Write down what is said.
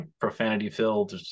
profanity-filled